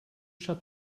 shut